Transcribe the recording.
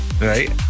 right